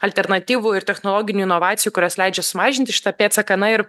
alternatyvų ir technologinių inovacijų kurios leidžia sumažinti šitą pėdsaką na ir